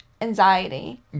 anxiety